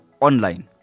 online